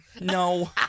No